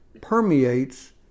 permeates